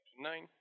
Nine